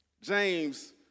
James